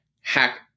hack